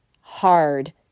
hard